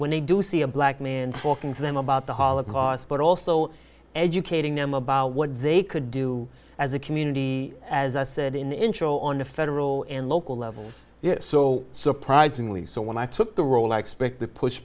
n they do see a black man talking to them about the holocaust but also educating them about what they could do as a community as i said in the intro on the federal and local levels yet so surprisingly so when i took the role i expect t